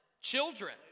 children